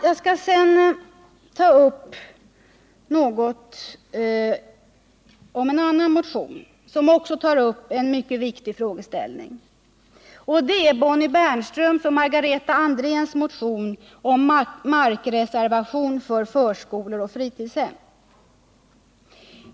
Jag skall sedan beröra en annan motion, som tar upp en mycket viktig fråga, nämligen Bonnie Bernströms och Margareta Andréns motion om markreservation för förskolor och fritidshem.